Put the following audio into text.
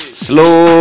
slow